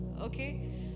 Okay